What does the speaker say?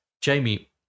Jamie